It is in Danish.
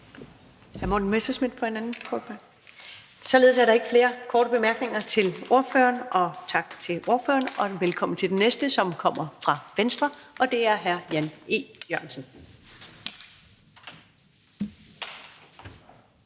Således er der ikke flere korte bemærkninger til ordføreren, så tak til ordføreren, og velkommen til den næste, som kommer fra Venstre, og det er hr. Jan E. Jørgensen.